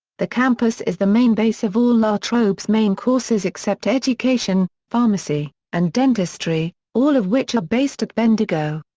the campus is the main base of all la trobe's main courses except education, pharmacy, and dentistry, all of which are based at bendigo.